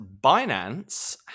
Binance